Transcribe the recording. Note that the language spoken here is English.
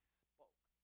spoke